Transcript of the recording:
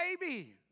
baby